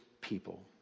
people